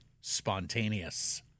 spontaneous